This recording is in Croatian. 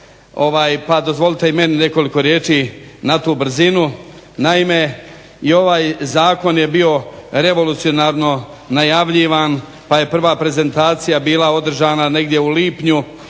pa dozvolite i meni nekoliko riječi na tu brzinu. Naime, i ovaj zakon je bio revolucionarno najavljivan pa je prva prezentacija bila održana negdje u lipnju,